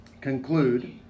conclude